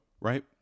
Right